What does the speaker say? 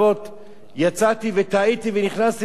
יצאתי ותעיתי ונכנסתי דרך השוק.